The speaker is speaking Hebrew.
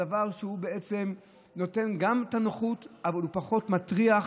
דבר שנותן גם את הנוחות אבל פחות מטריח.